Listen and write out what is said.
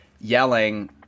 yelling